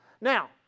Now